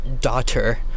daughter